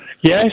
Yes